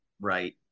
right